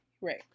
Right